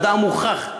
מדע מוכח.